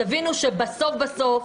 תבינו שבסוף בסוף